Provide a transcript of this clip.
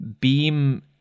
beam